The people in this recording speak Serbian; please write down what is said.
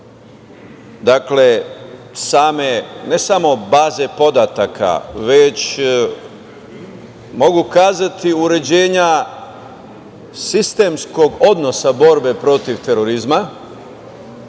uređenja ne samo baze podataka, već, mogu kazati, uređenja sistemskog odnosa borbe protiv terorizma,